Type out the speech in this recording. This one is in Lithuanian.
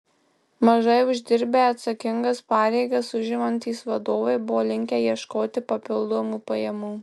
mažai uždirbę atsakingas pareigas užimantys vadovai buvo linkę ieškoti papildomų pajamų